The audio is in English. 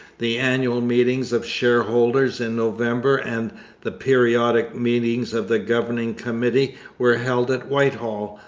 the annual meetings of shareholders in november and the periodic meetings of the governing committee were held at whitehall,